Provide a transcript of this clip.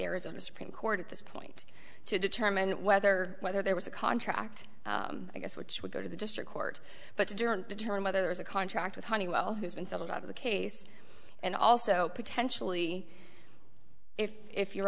arizona supreme court at this point to determine whether whether there was a contract i guess which would go to the district court but to durham determine whether there is a contract with honeywell who's been settled out of the case and also potentially if